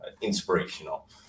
inspirational